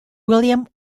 william